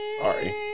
Sorry